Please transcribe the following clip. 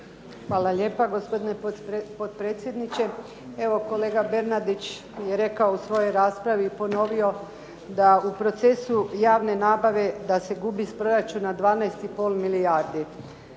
Hvala lijepa, gospodine potpredsjedniče. Evo kolega Bernardić je rekao u svojoj raspravi i ponovio da u procesu javne nabave, da se gubi s proračuna 12 i pol milijardi.